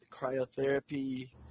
cryotherapy